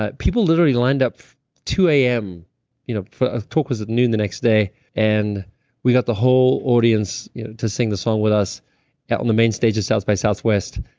ah people literally lined up two a you know ah talk was at noon the next day, and we got the whole audience to sing the song with us out on the main stage at south by southwest.